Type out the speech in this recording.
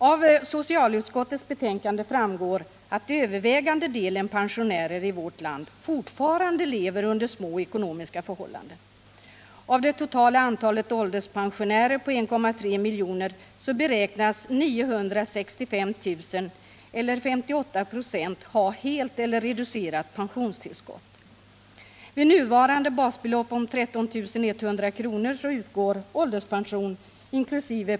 Av socialutskottets betänkande framgår att den övervägande delen av pensionärerna i vårt land fortfarande lever under små ekonomiska förhållanden. Av det totala antalet ålderspensionärer, 1,3 miljoner, beräknas 965 000 eller 58 96 ha helt eller reducerat pensionstillskott. Vid nuvarande basbelopp på 13 100 kr. utgår ålderspension inkl.